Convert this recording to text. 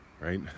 right